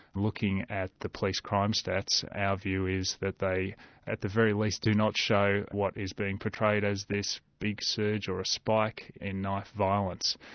looking at the police crime stats, our view is that they at the very least do not show what is being portrayed as this big surge, or a spike, in knife violence.